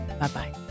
Bye-bye